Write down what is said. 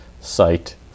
site